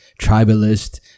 tribalist